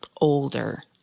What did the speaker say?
older